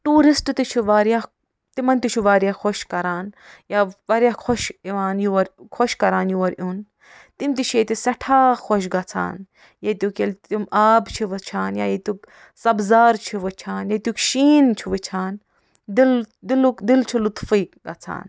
tourist تہِ چھِ واریاہ تِمن تہِ چھُ واریاہ خۄش کران یا واریاہ خۄش یِوان یور خۄش کران یور یُن تِم تہِ چھِ ییٚتہِ سیٹھاہ خۄش گژھان ییٚتیُک ییٚلہِ تِم آب چھِ وٕچھان یا ییٚتیُک سبزار چھِ وٕچھان ییٚتیُک شیٖن چھِ وٕچھان دل لُطفے گژھان